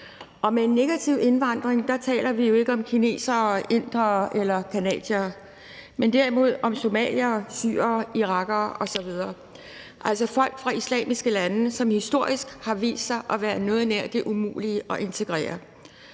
Og med en negativ indvandring taler vi jo ikke om kinesere, indere eller canadiere, men derimod om somaliere, syrere, irakere osv., altså folk fra islamiske lande, som historisk har vist sig at være noget nær umulige at integrere.